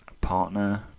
partner